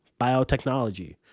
biotechnology